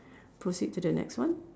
proceed to the next one